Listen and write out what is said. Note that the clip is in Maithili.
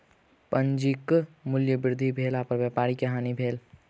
पूंजीक मूल्य वृद्धि भेला पर व्यापारी के हानि भेल